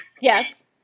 yes